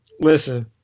Listen